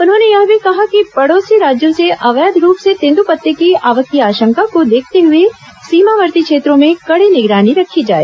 उन्होंने यह भी कहा कि पड़ोसी राज्यों से अवैध रूप से तेन्द्रपत्ते की आवक की आशंका को देखते हुए सीमावर्ती क्षेत्रों में कड़ी निगरानी रखी जाए